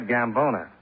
Gambona